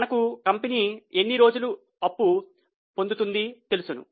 మనకు కంపెనీ ఎన్ని రోజులు అప్పు పొందుతుంది తెలుసును